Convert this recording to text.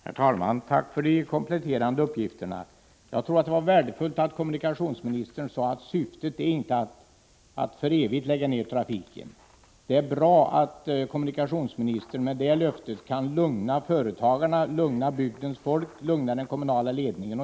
Herr talman! Tack för de kompletterande uppgifterna. Det var värdefullt att kommunikationsministern sade att syftet inte är att för evigt lägga ned trafiken. Det är bra att kommunikationsministern med detta löfte kan lugna företagarna, bygdens folk och den kommunala ledningen.